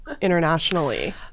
internationally